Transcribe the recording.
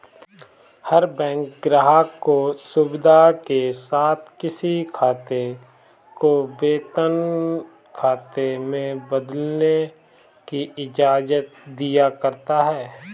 हर bank ग्राहक को सुविधा के साथ किसी खाते को वेतन खाते में बदलने की इजाजत दिया करता है